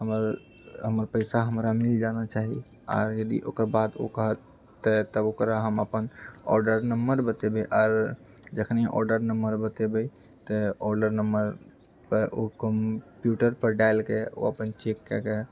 हमर हमर पैसा हमरा मिल जाना चाही आ यदि ओकरबाद ओ कहत तऽ ओकरा हम अपन ऑर्डर नम्बर बतैबे आर जखनऑर्डर नम्बर बतैबे तऽ ऑर्डर नम्बर ओ कम्प्यूटर पर डालिके ओ अपन चेक कएके